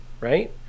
right